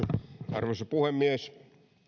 arvoisa puhemies